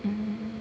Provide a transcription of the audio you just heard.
hmm